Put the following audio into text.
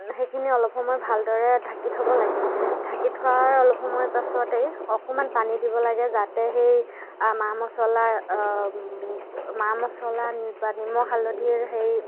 সেইখিনি অলপ সময় ভালদৰে ঢাকি থ'ব লাগে ঢাকি থোৱাৰ অলপ সময় পাছতেই অকণমান পানী দিব লাগে যাতে সেই মা মচলাৰ মা মচলা নি বা নিমখ হালধিৰ সেই